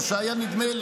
תנוחי.